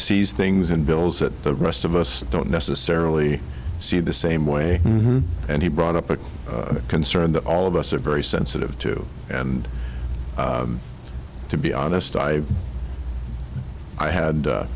sees things in bills that the rest of us don't necessarily see the same way and he brought up a concern that all of us are very sensitive to and to be honest i i had